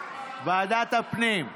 ועדת הפנים,